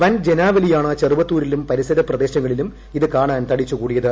വൻ ജനാവലിയാണ് ചെറുവത്തൂരിലും പരിസര പ്രദേശങ്ങളിലും ഇത് കാണാൻ തടിച്ചുകൂടിത്